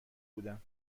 بودم